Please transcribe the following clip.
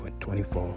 24